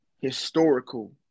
historical